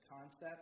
concept